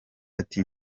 ati